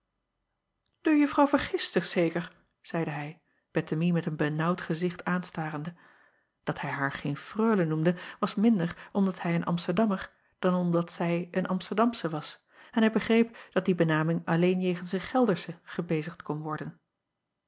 e uffrouw vergist zich zeker zeide hij ettemie met een benaauwd gezicht aanstarende at hij haar geen reule noemde was minder omdat hij een msterdammer dan omdat zij een msterdamsche was en hij begreep dat die benaming alleen jegens een eldersche gebezigd kon worden